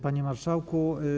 Panie Marszałku!